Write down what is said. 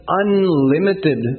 unlimited